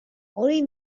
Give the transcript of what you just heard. hori